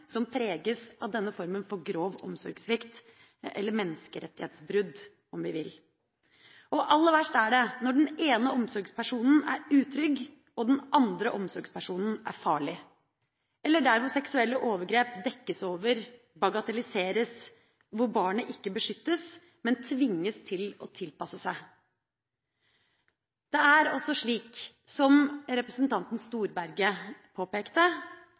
som preges av denne formen for grov omsorgssvikt – eller menneskerettighetsbrudd, om vi vil. Aller verst er det når den ene omsorgspersonen er utrygg, og den andre omsorgspersonen er farlig, eller der seksuelle overgrep dekkes over og bagatelliseres, og barnet ikke beskyttes, men tvinges til å tilpasse seg. Det er også slik, som representanten Storberget påpekte,